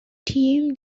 team